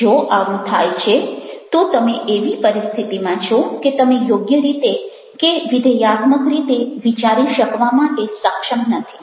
જો આવું થાય છે તો તમે એવી પરિસ્થિતિમાં છો કે તમે યોગ્ય રીતે કે વિધેયાત્મક રીતે વિચારી શકવા માટે સક્ષમ નથી